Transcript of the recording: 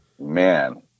man